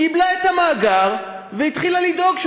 וקבעה כי המפלגה השתמשה בניגוד לחוק במאגר מידע של ניצולי